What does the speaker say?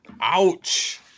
Ouch